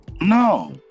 No